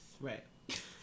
Right